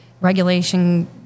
regulation